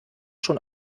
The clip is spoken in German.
schon